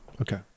okay